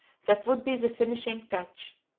that would be the finishing touch.